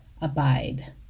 abide